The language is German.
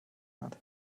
hat